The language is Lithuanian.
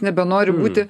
nebenori būti